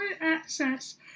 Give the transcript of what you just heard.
access